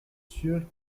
sûr